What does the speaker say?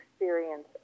experience